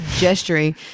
gesturing